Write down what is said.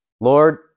Lord